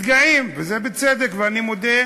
מתגאים, וזה בצדק, ואני מודה: